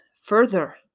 further